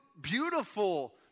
beautiful